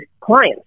clients